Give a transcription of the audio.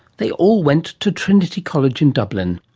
they all went to trinity college and dublin.